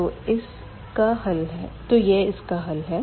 तो यह इसका हल है